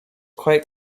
quite